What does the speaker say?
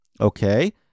Okay